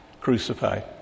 crucified